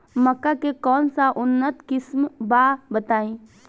मक्का के कौन सा उन्नत किस्म बा बताई?